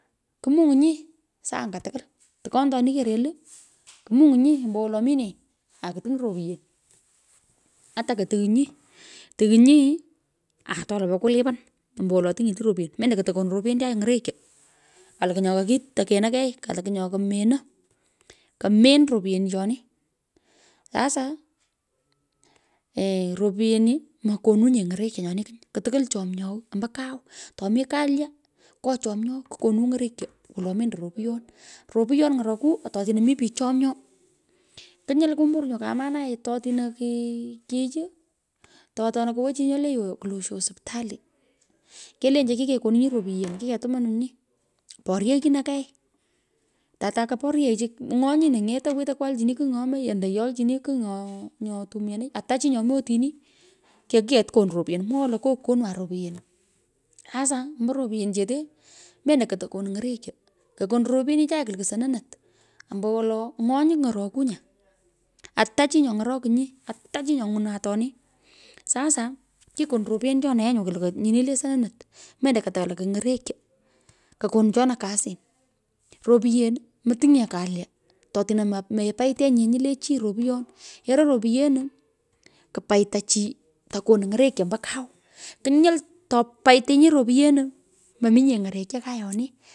Kumuny’inyi, saa anga tukwul, tukon atoni kerelu kumuny’inyi ombowolo minee aku tiny ropyen ata kotuonyi, tuunyi, ato lapai kulipan ombowolo tiny’ete ropyen, mendo kotokonu ropyenichai ng’orekyo, kalukwu nyo kokitekeno kei, kolukwu nyo ko meno, komen ropyenichoni. Sasa, ee, repyeni mokonunye ng’orekyo nyon, kany ku tukwul chomyogh ombo kau. Tomi. Kalya ngo chomyogh ku konu ng'orekyo wolo mendo ropyon. Rupyon ng’oroku ato otino my pich chomyo kinyil kumburnyu kamanai ato atino [hesitarion] kechi. To atone kowo chi nyo le yo kullusho hospitali, kelenchi kikekoninyi ropyen, kiketumanunyio poryeichino kei, tatukuporyenichu, ng'o nyino wetod ng’etoi kwolchini kigh nyo omoy ando yolchin kigh nyo, nyo tumionoi. Ata chi. nyo mi otini ket ko konu ropyen, mwoghoi lo kokwonwan ropyen. Sasa, ombo ropyenichete, mendo koto konu ny’erekyo. Kokonu ropyenichai: kulukwu sononot ombowolo, ny’onyi ng’oroku nyaa, ata chi nyo ny’orokiny, ata chi nyo nywunoi aten. Sasa kikonu ropyenichona ye kulukwu nyini le sosonot mendo katalukwu ny’orekyo, kokonu chona kasin ropiyen, moting nye kalya, to otino mepeitenyi nye nyu le ogi ropuyon yoroi ropyenu kupaita chi to konu ng’erekyo ombo kau kinyil ato paitinyi ropyenu, mominge ny'orekyo kayoni.